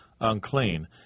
unclean